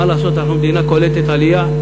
מה לעשות, אנחנו מדינה קולטת עלייה.